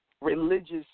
religious